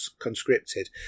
conscripted